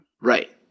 right